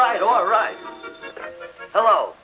right all right hello